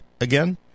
again